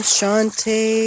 Shante